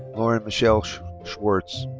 lauren michelle schwartz.